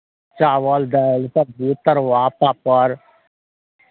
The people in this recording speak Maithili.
चावल दालि सबजी तरुआ पापड़